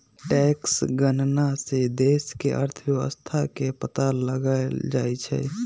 tax गणना से देश के अर्थव्यवस्था के पता लगाएल जाई छई